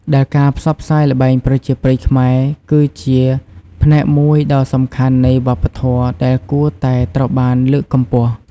ដែលការផ្សព្វផ្សាយល្បែងប្រជាប្រិយខ្មែរ គឺជាផ្នែកមួយដ៏សំខាន់នៃវប្បធម៌ដែលគួរតែត្រូវបានលើកកម្ពស់។